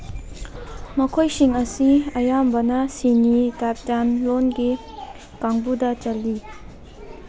ꯃꯈꯣꯏꯁꯤꯡ ꯑꯁꯤ ꯑꯌꯥꯝꯕꯅ ꯁꯤꯅꯤ ꯇꯥꯏꯇꯥꯟ ꯂꯣꯟꯒꯤ ꯀꯥꯡꯕꯨꯗ ꯆꯜꯂꯤ